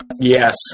Yes